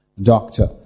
doctor